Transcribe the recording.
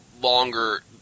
longer